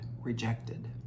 rejected